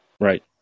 Right